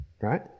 right